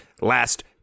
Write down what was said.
last